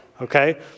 okay